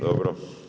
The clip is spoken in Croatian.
Dobro.